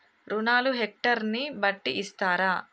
రుణాలు హెక్టర్ ని బట్టి ఇస్తారా?